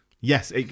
Yes